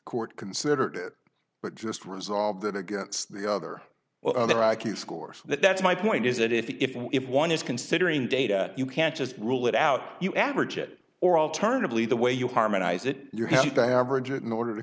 court considered it but just resolved that against the other their i q scores that that's my point is that if if one is considering data you can't just rule it out you average it or alternatively the way you harmonize it you're happy to average it in order to